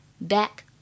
back